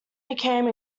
became